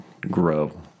grow